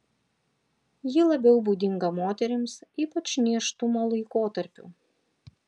ji labiau būdinga moterims ypač nėštumo laikotarpiu